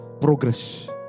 progress